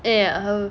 uh ya her